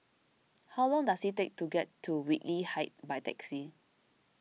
how long does it take to get to Whitley Heights by taxi